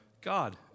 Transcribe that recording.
God